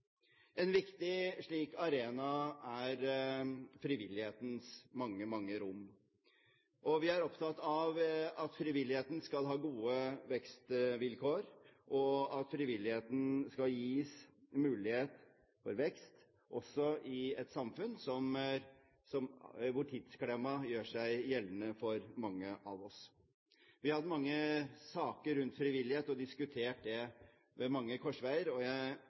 En slik viktig arena er frivillighetens mange, mange rom. Vi er opptatt av at frivilligheten skal ha gode vekstvilkår, og at frivilligheten skal gis mulighet for vekst også i et samfunn hvor tidsklemma gjør seg gjeldende for mange av oss. Vi har hatt mange saker om frivillighet og diskutert det ved mange korsveier. I denne budsjettdebatten velger jeg